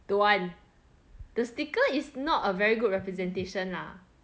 don't want the sticker is not a very good representation lah